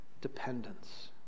dependence